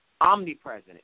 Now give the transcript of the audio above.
omnipresent